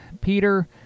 Peter